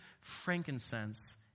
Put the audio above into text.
frankincense